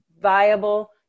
viable